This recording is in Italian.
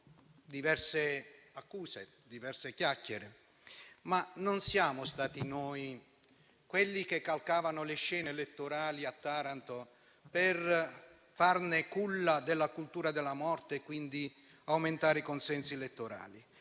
diverse chiacchiere e accuse, ma non siamo stati noi quelli che calcavano le scene elettorali a Taranto per farne culla della cultura della morte e aumentare i consensi elettorali,